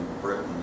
Britain